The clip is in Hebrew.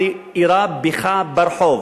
אני אירה בך ברחוב.